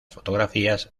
fotografías